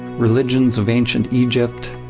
religions of ancient egypt,